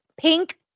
Pink